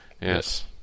Yes